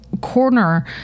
corner